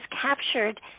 captured